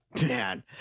Man